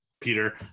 Peter